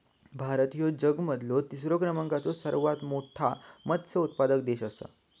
भारत ह्यो जगा मधलो तिसरा क्रमांकाचो सर्वात मोठा मत्स्य उत्पादक देश आसा